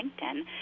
LinkedIn